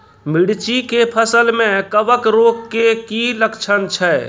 मिर्ची के फसल मे कवक रोग के की लक्छण छै?